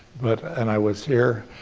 but and i was here,